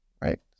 right